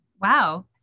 Wow